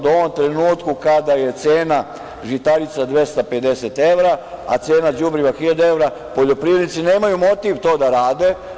Da u ovom trenutku kada je cena žitarica 250 evra, a cena đubriva je hiljadu evra, poljoprivrednici nemaju motiv to da rade.